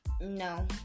no